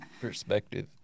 Perspective